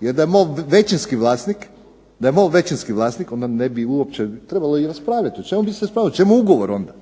Jer da je MOL većinski vlasnik onda ne bi uopće trebalo i raspravljati. O čemu bi se raspravljalo, čemu ugovor onda?